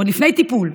עוד לפני טיפול,